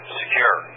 secure